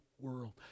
world